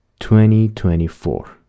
2024